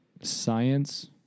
Science